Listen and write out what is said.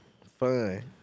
fine